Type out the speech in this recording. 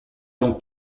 donc